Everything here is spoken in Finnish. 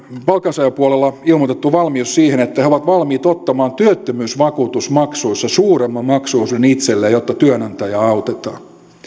palkansaajapuolella ilmoitettu valmius siihen että he ovat valmiita ottamaan työttömyysvakuutusmaksuissa suuremman maksuosuuden itselleen jotta työnantajaa autetaan